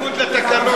בניגוד לתקנון.